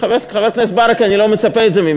מחבר כנסת ברכה אני לא מצפה את זה,